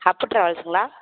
அப்பு ட்ராவல்ஸ்ங்களா